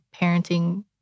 parenting